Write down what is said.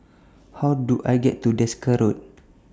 How Do I get to Desker Road